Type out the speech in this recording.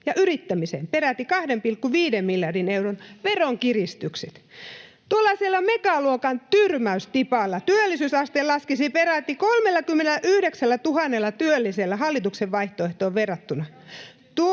ja yrittämiseen peräti 2,5 miljardin euron veronkiristykset. Tuollaisella megaluokan tyrmäystipalla työllisyysaste laskisi peräti 39 000 työllisellä hallituksen vaihtoehtoon verrattuna.